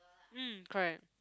mm correct